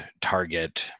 target